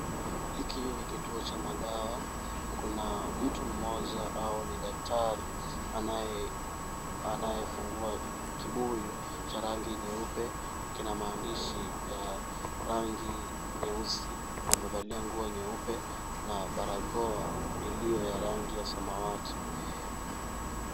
Hiki ni kituo cha madawa, kuna mtu mmoja au ni daktari anayefungua kibuyu cha rangi nyeupe, kina maandishi ya rangi nyeusi. Amevalia nguo nyeupe na barakoa iliyo ya rangi ya samawati.